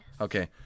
Okay